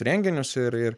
renginius ir ir